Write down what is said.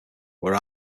were